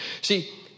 See